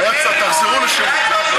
תחזרו לשמית.